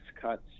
cuts